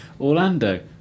Orlando